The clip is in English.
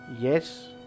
Yes